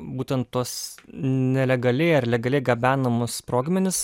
būtent tuos nelegaliai ar legaliai gabenamus sprogmenis